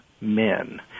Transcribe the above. men